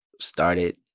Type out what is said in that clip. started